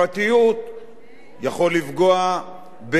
יכול לפגוע בקבוצות אוכלוסייה.